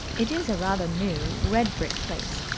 it is a rather new, red-brick place.